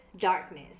darkness